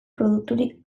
produkturik